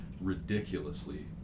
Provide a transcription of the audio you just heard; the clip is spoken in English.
ridiculously